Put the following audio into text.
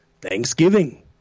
thanksgiving